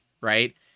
right